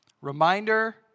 Reminder